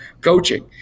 coaching